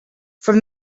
from